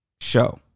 show